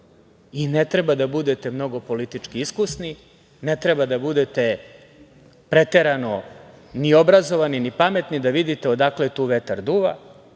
treba da budete mnogo politički iskusni, ne treba da budete preterano ni obrazovani, ni pametni da vidite odakle tu vetar duva